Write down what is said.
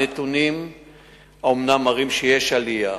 הנתונים אומנם מראים שיש עלייה.